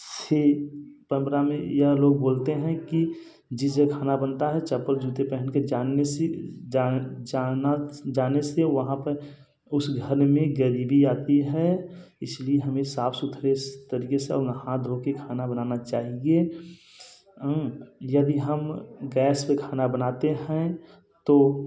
से परम्परा में यह लोग बोलते हैं कि जिस जगह खाना बनता है चप्पल जूते पहन के जानने से जाना जाने से वहाँ पर उस घर में गरीबी आती है इसलिए हमें साफ सुथरे तरीके से उन्हे हाथ धो कर खाना बनाना चाहिए यदि हम गैस पर खाना बनाते हैं तो